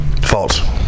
False